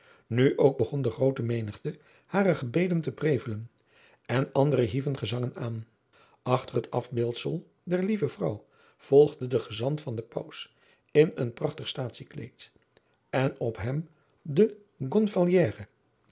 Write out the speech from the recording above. nu ook begon de groote menigte hare gebeden te prevelen en andere hieven gezangen aan achter het afbeeldsel der lieve vrouw volgde de gezant van den paus in een prachtig staatsiekleed en op hem de